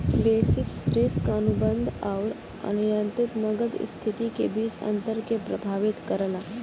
basis risk अनुबंध आउर अंतर्निहित नकद स्थिति के बीच अंतर के प्रभावित करला